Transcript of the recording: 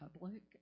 public